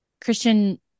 christian